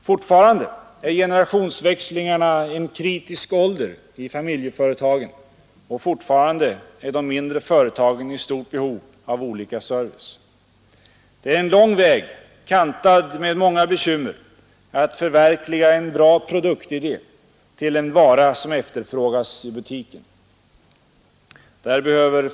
Fortfarande är generationsväxlingarna en ”kritisk ålder” i familjeföretagen, och fortfarande är de mindre företagen i stort behov av olika service. Det är en lång väg, kantad med många bekymmer, att förverkliga en bra produktidé till en vara som efterfrågas i butiken.